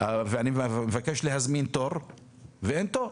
והוא מבקש להזמין תור אבל אין תור.